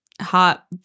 hot